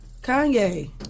Kanye